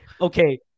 okay